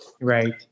Right